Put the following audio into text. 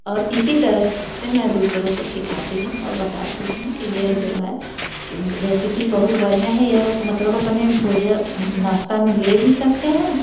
और इसी तरह से मैं दूसरों को सिखाती हूँ और बताती हूँ कि यह जो है रेसिपी बहुत बढ़िया है यह मतलब अपने भोज नाश्ता में ले भी सकते हैं